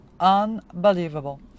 unbelievable